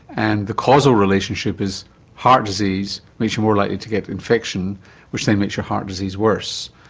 and the causal relationship is heart disease makes you more likely to get infection which then makes your heart disease worse.